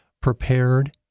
prepared